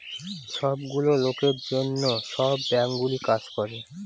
সব গুলো লোকের জন্য সব বাঙ্কগুলো কাজ করে